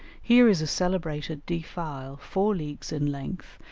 here is a celebrated defile, four leagues in length,